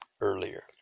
earlier